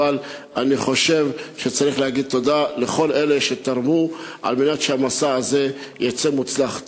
אבל אני חושב שצריך להגיד תודה לכל אלה שתרמו כדי שהמסע הזה יצא מוצלח.